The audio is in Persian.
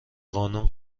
قانون